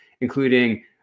including